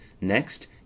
Next